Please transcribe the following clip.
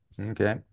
Okay